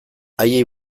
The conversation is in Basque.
haiei